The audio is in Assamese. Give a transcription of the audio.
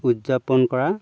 উদযাপন কৰা